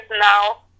now